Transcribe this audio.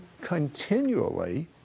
continually